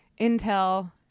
intel